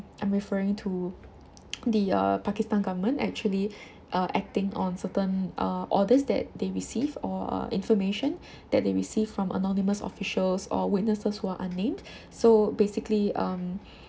I'm referring to the uh Pakistan government actually uh acting on certain uh orders that they received or uh information that they received from anonymous officials or witnesses who are unnamed so basically um